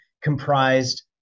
comprised